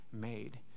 made